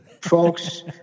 folks